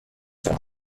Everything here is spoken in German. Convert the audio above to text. zum